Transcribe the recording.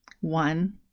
One